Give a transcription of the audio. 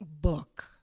book